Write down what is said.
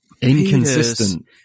inconsistent